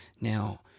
Now